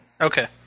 Okay